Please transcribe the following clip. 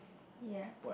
ya